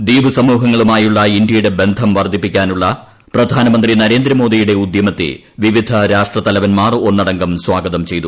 ദ്വീപ് സമൂഹങ്ങളുമായുള്ള ഇന്ത്യയുടെ ബന്ധം വർദ്ധിപ്പിക്കാനുള്ള പ്രധാനമന്ത്രി നരേന്ദ്രമോദിയുടെ ഉദ്യമത്തെ വിവിധ രാഷ്ട്രത്തലവൻമാർ ഒന്നടങ്കം സ്വാഗതം ചെയ്തു